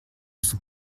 sont